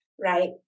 right